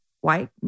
white